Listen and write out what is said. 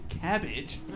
Cabbage